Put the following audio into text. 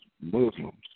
Muslims